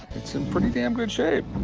it's and pretty damn good shape.